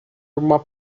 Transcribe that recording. uma